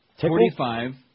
Forty-five